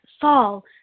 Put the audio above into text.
Saul